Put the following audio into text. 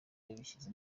yabishyize